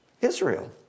Israel